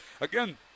Again